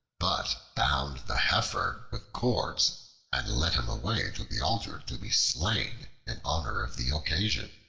but bound the heifer with cords and led him away to the altar to be slain in honor of the occasion.